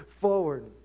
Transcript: forward